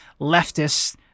leftists